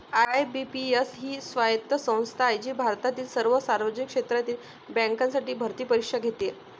IBPS ही स्वायत्त संस्था आहे जी भारतातील सर्व सार्वजनिक क्षेत्रातील बँकांसाठी भरती परीक्षा घेते